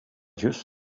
just